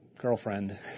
girlfriend